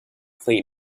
clean